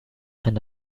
and